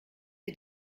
sie